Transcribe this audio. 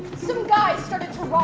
some guy started to rock